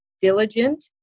diligent